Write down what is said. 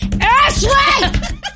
Ashley